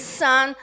son